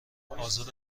آزار